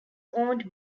owned